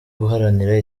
guharanira